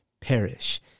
perish